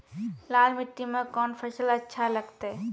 लाल मिट्टी मे कोंन फसल अच्छा लगते?